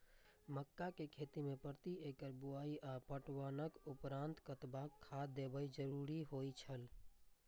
मक्का के खेती में प्रति एकड़ बुआई आ पटवनक उपरांत कतबाक खाद देयब जरुरी होय छल?